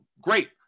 Great